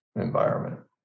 environment